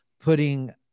putting